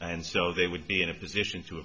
and so they would be in a position to